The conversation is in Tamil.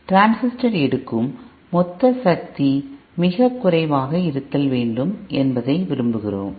டிரான்சிஸ்டர் எடுக்கும் மொத்த சக்தி மிகக் குறைவாக இருக்க வேண்டும் என்பதை விரும்புகிறோம்